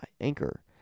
Anchor